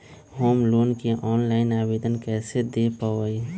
Home loan के online आवेदन कैसे दें पवई?